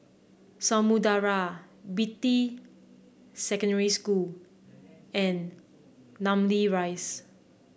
Samudera Beatty Secondary School and Namly Rise